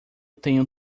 tenho